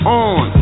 on